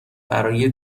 برای